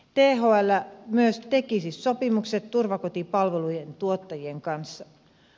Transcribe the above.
thl myös tekisi sopimukset turvakotipalvelujen tuottajien kanssa